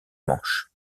manche